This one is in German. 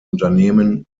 unternehmen